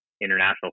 international